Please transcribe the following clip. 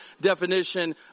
definition